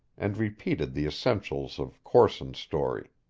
and repeated the essentials of corson's story.